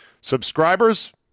Subscribers